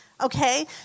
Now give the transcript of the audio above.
Okay